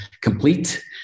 complete